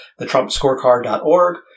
thetrumpscorecard.org